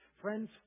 Friends